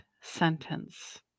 sentence